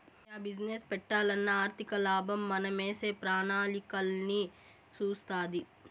yeah business పెట్టాలన్నా ఆర్థికలాభం మనమేసే ప్రణాళికలన్నీ సూస్తాది